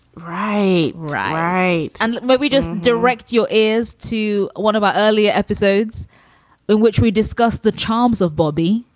right. right and but we just direct your ears to one of our earlier episodes in which we discussed the charms of bobby.